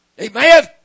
Amen